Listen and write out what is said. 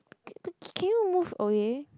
okay can you move away